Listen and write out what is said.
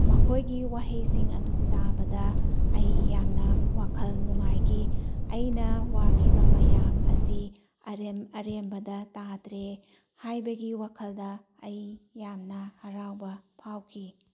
ꯃꯈꯣꯏꯒꯤ ꯋꯥꯍꯩꯁꯤꯡ ꯑꯗꯨ ꯇꯥꯕꯗ ꯑꯩ ꯌꯥꯝꯅ ꯋꯥꯈꯜ ꯅꯨꯉꯥꯏꯈꯤ ꯑꯩꯅ ꯋꯥꯈꯤꯕ ꯃꯌꯥꯝ ꯑꯁꯤ ꯑꯔꯦꯝ ꯑꯔꯦꯝꯕꯗ ꯇꯥꯗ꯭ꯔꯦ ꯍꯥꯏꯕꯒꯤ ꯋꯥꯈꯜꯗ ꯑꯩ ꯌꯥꯝꯅ ꯍꯔꯥꯎꯕ ꯐꯥꯎꯈꯤ